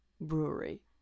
brewery